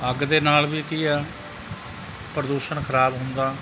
ਅੱਗ ਦੇ ਨਾਲ ਵੀ ਕੀ ਆ ਪ੍ਰਦੂਸ਼ਣ ਖਰਾਬ ਹੁੰਦਾ